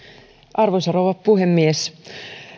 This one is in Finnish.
arvoisa rouva puhemies